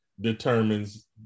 Determines